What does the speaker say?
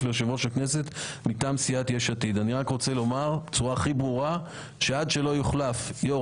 ליושב ראש הכנסת מטעם סיעת "יש עתיד" - עד שלא יוחלף יו"ר